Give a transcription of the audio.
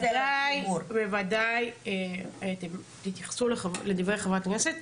בוודאי תתייחסו לדברי חברת הכנסת.